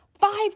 five